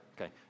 Okay